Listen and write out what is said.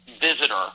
visitor